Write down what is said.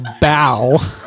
bow